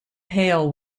pale